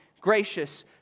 gracious